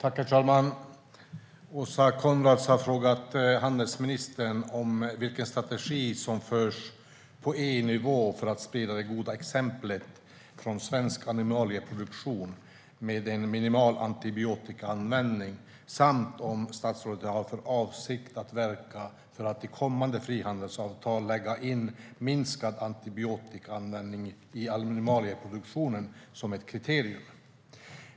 Herr talman! Åsa Coenraads har frågat handelsministern vilken strategi som förs på EU-nivå för att sprida det goda exemplet från svensk animalieproduktion med en minimal antibiotikaanvändning samt om statsrådet har för avsikt att verka för att i kommande frihandelsavtal lägga in minskad antibiotikaanvändning i animalieproduktionen som ett kriterium.